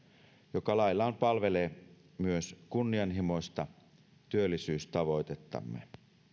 joka laillaan palvelee myös kunnianhimoista työllisyystavoitettamme